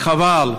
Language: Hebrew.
וחבל.